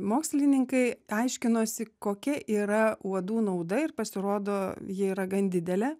mokslininkai aiškinosi kokia yra uodų nauda ir pasirodo ji yra gan didelė